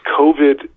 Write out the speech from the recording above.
COVID